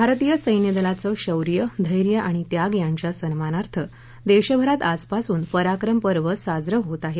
भारतीय सद्यि दलाचं शौर्य धर्तीआणि त्याग यांच्या सन्मानार्थ देशभरात आजपासून पराक्रम पर्व साजरं होत आहे